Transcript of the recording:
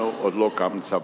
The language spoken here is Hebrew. לנו עוד לא קם צבא,